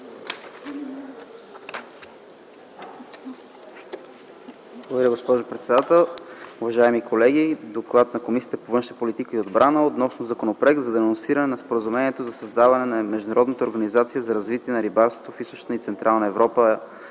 Благодаря, госпожо председател. Уважаеми колеги! „ДОКЛАД на Комисията по външна политика и отбрана относно Законопроект за денонсиране на Споразумението за създаване на Международната организация за развитие на рибарството в Източна и Централна Европа